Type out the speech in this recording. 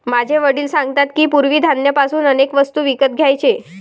माझे वडील सांगतात की, पूर्वी धान्य पासून अनेक वस्तू विकत घ्यायचे